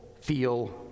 feel